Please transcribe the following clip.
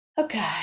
okay